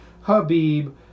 Habib